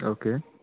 okay